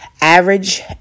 average